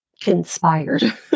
conspired